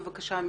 בבקשה,